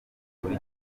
buri